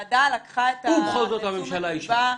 ובכל זאת הממשלה אישרה.